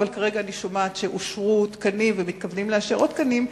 אבל כרגע אני שומעת שאושרו תקנים ומתכוונים לאשר עוד תקנים,